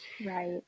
right